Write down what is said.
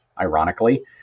Ironically